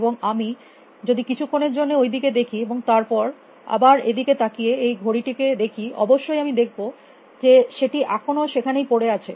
এবং আমি যদি কিছুক্ষণের জন্য ওই দিকে দেখি এবং তারপর আবার এদিকে তাকিয়ে এই ঘড়ি টিকে দেখি অবশ্যই আমি দেখব যে সেটি এখনো সেখানেই আছে